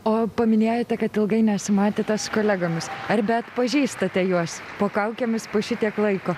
o paminėjote kad ilgai nesimatėte su kolegomis ar atpažįstate juos po kaukėmis po šitiek laiko